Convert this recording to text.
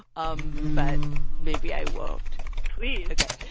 um but maybe i won't please ok.